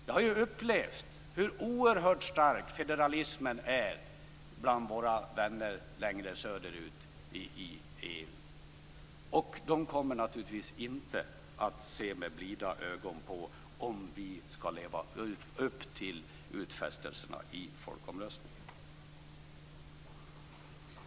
Jag har ju upplevt hur oerhört stark federalismen är bland våra vänner söderut i EU, och de skulle naturligtvis inte se med blida ögon på att vi skulle leva upp till utfästelserna i folkomröstningen.